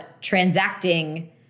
transacting